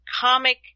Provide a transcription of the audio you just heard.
comic